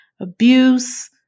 abuse